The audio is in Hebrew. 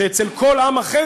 שאצל כל עם אחר,